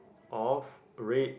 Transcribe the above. of red